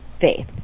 faith